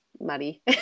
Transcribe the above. muddy